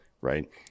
right